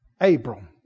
Abram